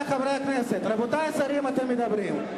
רבותי השרים, אתם מדברים.